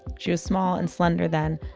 she was small and slender then,